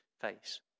face